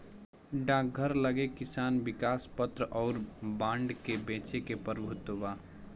डाकघर लगे किसान विकास पत्र अउर बांड के बेचे के प्रभुत्व बा